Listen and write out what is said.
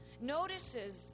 notices